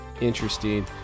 interesting